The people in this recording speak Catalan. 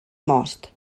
most